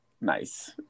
Nice